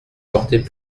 portée